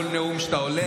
כל נאום שאתה עולה,